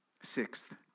Sixth